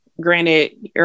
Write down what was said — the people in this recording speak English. granted